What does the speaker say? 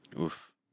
Oof